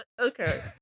Okay